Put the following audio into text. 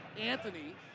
Anthony